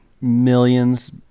millions